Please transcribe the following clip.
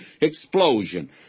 explosion